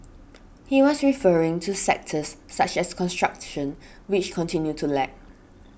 he was referring to sectors such as construction which continued to lag